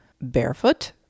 barefoot